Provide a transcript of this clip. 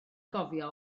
gofio